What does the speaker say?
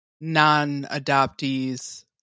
non-adoptees